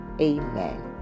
Amen